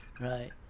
Right